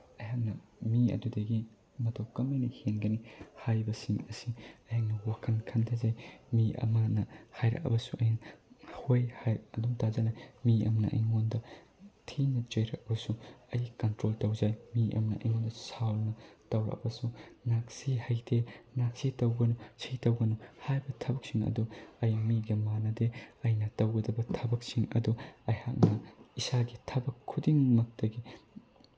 ꯑꯩꯍꯥꯛꯅ ꯃꯤ ꯑꯗꯨꯗꯒꯤ ꯃꯇꯧ ꯀꯃꯥꯏꯅ ꯍꯦꯟꯒꯅꯤ ꯍꯥꯏꯕꯁꯤꯡ ꯑꯁꯤ ꯑꯩꯅ ꯋꯥꯈꯜ ꯈꯟꯊꯖꯩ ꯃꯤ ꯑꯃꯅ ꯍꯥꯏꯔꯛꯑꯕꯁꯨ ꯑꯩꯅ ꯍꯣꯏ ꯍꯥꯏ ꯑꯗꯨꯝ ꯃꯤ ꯑꯃꯅ ꯑꯩꯉꯣꯟꯗ ꯊꯤꯅ ꯆꯩꯔꯛꯑꯁꯨ ꯑꯩ ꯀꯟꯇ꯭ꯔꯣꯜ ꯇꯧꯖꯩ ꯃꯤ ꯑꯃ ꯑꯩꯉꯣꯟꯗ ꯁꯥꯎꯗꯅ ꯇꯧꯔꯛꯑꯕꯁꯨ ꯅꯪꯁꯤ ꯍꯩꯇꯦ ꯅꯪꯁꯤ ꯇꯧꯒꯅꯨ ꯁꯤ ꯇꯧꯒꯅꯨ ꯍꯥꯏꯕ ꯊꯕꯛꯁꯤꯡ ꯑꯗꯨ ꯑꯩ ꯃꯤꯒ ꯃꯥꯟꯅꯗꯦ ꯑꯩꯅ ꯇꯧꯒꯗꯕ ꯊꯕꯛꯁꯤꯡ ꯑꯗꯨ ꯑꯩꯍꯥꯛꯅ ꯏꯁꯥꯒꯤ ꯊꯕꯛ ꯈꯨꯗꯤꯡꯃꯛꯇꯒꯤ